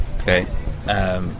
Okay